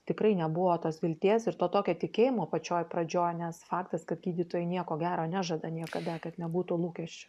tikrai nebuvo tos vilties ir to tokio tikėjimo pačioj pradžioj nes faktas kad gydytojai nieko gero nežada niekada kad nebūtų lūkesčių